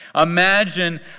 Imagine